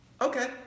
Okay